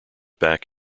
back